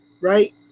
right